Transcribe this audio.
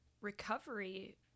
recovery